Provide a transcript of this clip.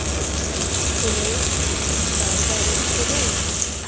hello Sawta restaurant